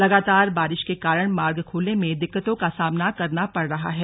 लगातार बारिश के कारण मार्ग खोलने में दिक्कतों का सामना करना पड़ रहा है